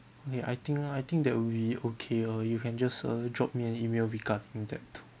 okay I think I think that will be okay uh you can just uh drop me an email regarding that